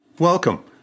Welcome